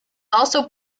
also